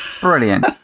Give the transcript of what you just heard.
Brilliant